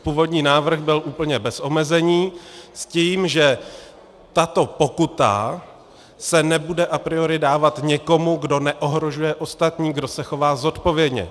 Původní návrh byl úplně bez omezení s tím, že tato pokuta se nebude a priori dávat někomu, kdo neohrožuje ostatní, kdo se chová zodpovědně.